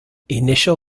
initial